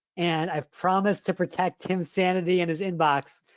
and i've promised to protect tim's sanity in his inbox.